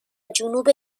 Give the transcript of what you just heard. جنوب